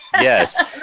yes